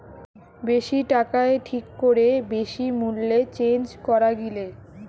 বেশি টাকায় ঠিক করে বেশি মূল্যে চেঞ্জ করা গিলে